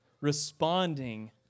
responding